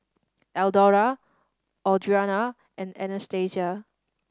Eldora Audriana and Anastasia